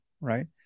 right